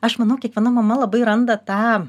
aš manau kiekviena mama labai randa tą